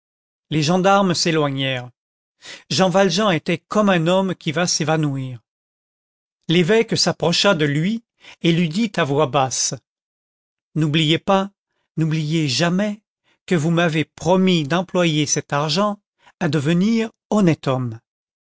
les gendarmes s'éloignèrent jean valjean était comme un homme qui va s'évanouir l'évêque s'approcha de lui et lui dit à voix basse n'oubliez pas n'oubliez jamais que vous m'avez promis d'employer cet argent à devenir honnête homme